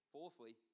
Fourthly